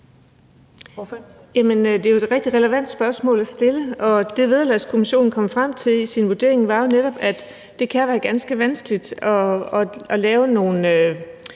Det er jo et rigtig relevant spørgsmål at stille. Det, Vederlagskommissionen kom frem til i sin vurdering, var jo netop, at det kan være ganske vanskeligt at lave nogle